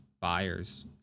buyers